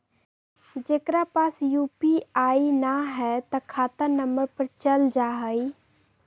जेकरा पास यू.पी.आई न है त खाता नं पर चल जाह ई?